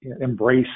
embrace